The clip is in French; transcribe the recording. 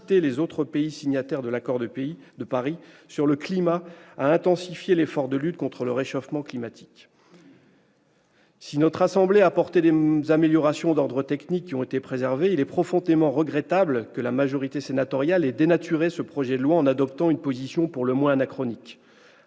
les autres pays signataires de l'accord de Paris sur le climat à intensifier l'effort de lutte contre le réchauffement climatique. Si notre assemblée a apporté des améliorations d'ordre technique qui ont été préservées, il est profondément regrettable que la majorité sénatoriale ait dénaturé ce projet de loi en adoptant une position pour le moins anachronique.